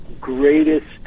greatest